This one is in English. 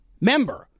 member